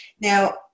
Now